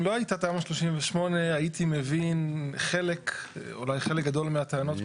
אם לא הייתה תמ"א 38 הייתי מבין אולי חלק גדול מהטענות.